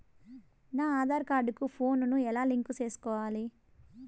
నా ఆధార్ కార్డు కు ఫోను ను ఎలా లింకు సేసుకోవాలి?